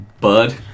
bud